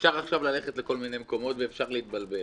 אפשר עכשיו ללכת לכל מיני מקומות ואפשר להתבלבל.